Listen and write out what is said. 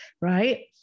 right